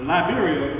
Liberia